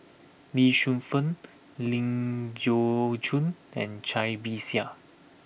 Lee Shu Fen Ling Geok Choon and Cai Bixia